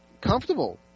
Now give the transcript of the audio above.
comfortable